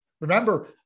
remember